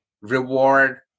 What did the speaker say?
reward